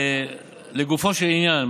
לגופו של עניין,